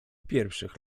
pierwszych